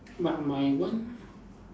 but my one